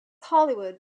hollywood